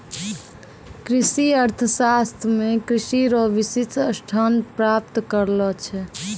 कृषि अर्थशास्त्र मे कृषि रो विशिष्ट स्थान प्राप्त करलो छै